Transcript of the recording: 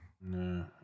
No